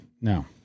No